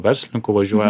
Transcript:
verslininkų važiuoja